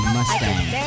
Mustang